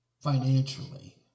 financially